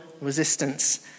resistance